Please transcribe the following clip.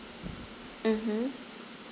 mmhmm